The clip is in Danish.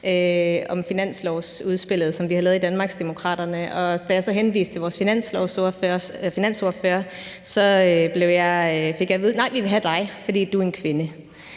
om finanslovsudspillet, som vi havde lavet i Danmarksdemokraterne. Da jeg så henviste til vores finansordfører, fik jeg at vide: Nej, vi vil have dig, fordi du er en kvinde.